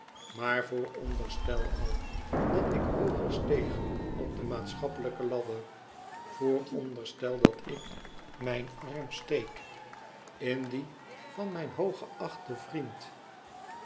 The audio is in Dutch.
maar vooronderstel al dat ik hooger steeg op de maatschappelijke ladder vooronderstel dat ik mijn arm steek in dien van mijn hooggeachten vriend